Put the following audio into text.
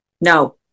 No